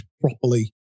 properly